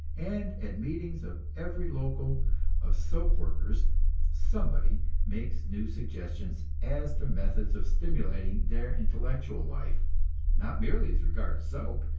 and at meetings of every local of soap workers somebody makes new suggestions as to methods of stimulating their intellectual life not merely as regards soap,